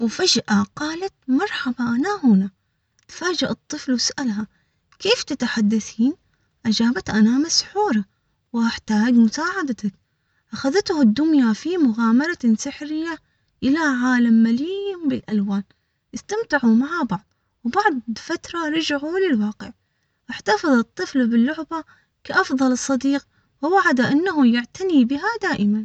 وفجأة، قالت مرحبا أنا هنا تفاجأ الطفل وسألها كيف تتحدثين؟ أجابت أنا مسحورة، وأحتاج مساعدتك أخذته الدمية في مغامرة سحرية إلى عالم مليء بالألوان استمتعوا مع بعض وبعد فترة رجعوا للواقع احتفظت.